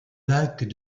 lac